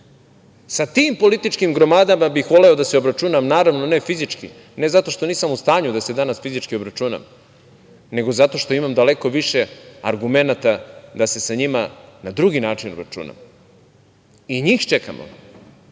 Sa tim političkim gromadama bih voleo da se obračunam, naravno, ne fizički, ne zato što nisam u stanju da se danas fizički obračunam, nego zato što imam daleko više argumenata da se sa njima na drugi način obračunam. Njih čekamo